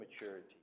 maturity